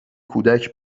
کودک